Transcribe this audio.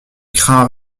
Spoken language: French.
crains